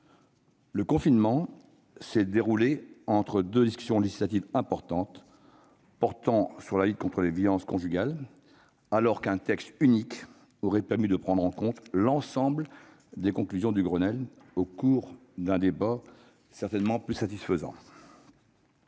Le confinement s'est déroulé entre deux discussions législatives importantes portant sur la lutte contre les violences conjugales, alors qu'un texte unique aurait permis de prendre en compte l'ensemble des conclusions du Grenelle au cours d'un débat certainement plus satisfaisant.